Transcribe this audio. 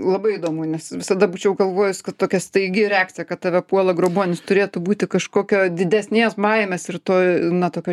labai įdomu nes visada būčiau galvojus kad tokia staigi reakcija kad tave puola grobuonis turėtų būti kažkokio didesnės baimės ir to na tokio